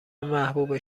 محبوب